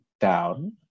down